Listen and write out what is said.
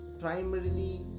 primarily